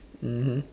mmhmm